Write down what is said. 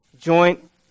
joint